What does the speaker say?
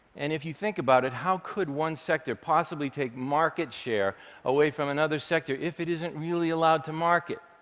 and if you think about it, how could one sector possibly take market share away from another sector if it isn't really allowed to market?